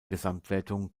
gesamtwertung